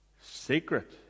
Secret